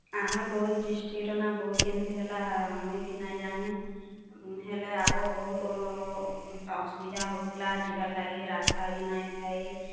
ଆମର୍ ବୌଦ୍ଧ୍ ଡିଷ୍ଟ୍ରିକ୍ଟ୍ର ନା ବୌଦ୍ଧ୍ କେମିତି ହେଲା ମୁଇଁବି ନାଇଁ ଜାନି ହେଲେ ଆଗ ବହୁତ ଏନ୍ତା ଅସୁବିଧା ହୋଉଥିଲା ଯିବାର୍ ଲାଗି ରାସ୍ତାବି ନାଇଁ ଥାଇ